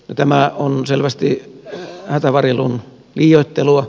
no tämä on selvästi hätävarjelun liioittelua